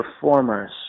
performers